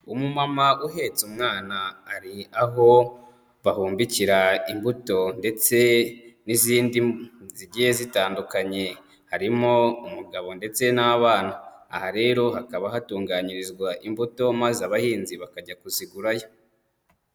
Umumama uhetse umwana ari aho bahumbikira imbuto ndetse n'izindi zigiye zitandukanye, harimo umugabo ndetse n'abana, aha rero hakaba hatunganyirizwa imbuto maze abahinzi bakajya kuzigurayo.